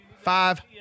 Five